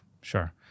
Sure